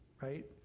right